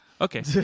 Okay